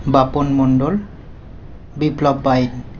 Bapan Mondal Biplab Byne